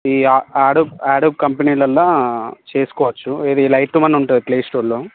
ఈ ఆ Adobe Adobe కంపెనీలలో చేసుకోవచ్చు వేరే లైట్ వన్ ఉంటుంది ప్లే స్టోరులో